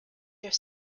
their